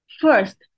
First